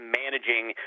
managing